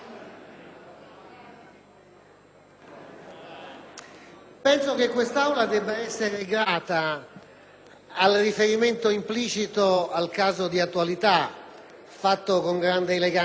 penso che quest'Aula debba essere grata al riferimento implicito al caso di attualità, fatto da lei con grande eleganza, e